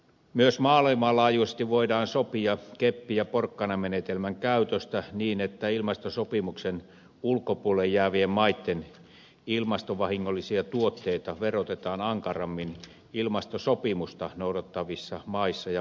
myös maailmanlaajuisesti voidaan sopia keppi ja porkkana menetelmän käytöstä niin että ilmastosopimuksen ulkopuolelle jäävien maitten ilmastovahingollisia tuotteita verotetaan ankarammin ilmastosopimusta noudattavissa maissa ja maanosissa